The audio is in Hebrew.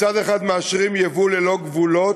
מצד אחד מאשרים ייבוא ללא גבולות,